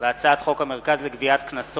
הצעת חוק המרכז לגביית קנסות,